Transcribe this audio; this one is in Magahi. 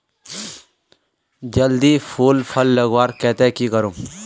जल्दी फूल फल लगवार केते की करूम?